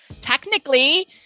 Technically